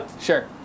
Sure